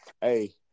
Hey